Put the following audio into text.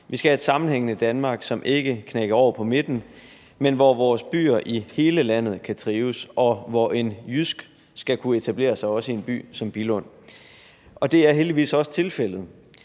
Vi skal have et sammenhængende Danmark, som ikke knækker over på midten, men hvor vores byer i hele landet kan trives, og hvor en JYSK også skal kunne etablere sig i en by som Billund. Og det er heldigvis også tilfældet.